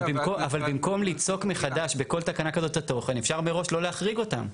אבל במקום ליצוק מחדש בכל תקנה כזאת תוכן אפשר מראש לא להחריג אותם.